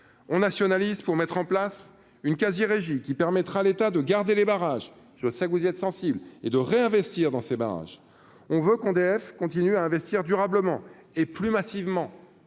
ont nationaliste pour mettre en place une quasi-régie qui permettra à l'État de garder les barrages, je vois ça, que vous êtes sensible et de réinvestir dans ses barrages, on veut qu'on EDF continue à investir durablement et plus massivement